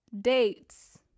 dates